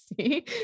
See